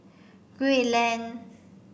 Gul Lane